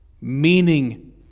meaning